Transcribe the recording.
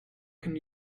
can